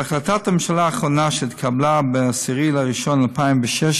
בהחלטת הממשלה האחרונה, שהתקבלה ב-10 בינואר 2016,